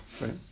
right